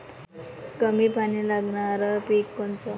कमी पानी लागनारं पिक कोनचं?